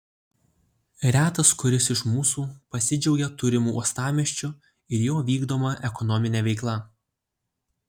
retas kuris iš mūsų pasidžiaugia turimu uostamiesčiu ir jo vykdoma ekonomine veikla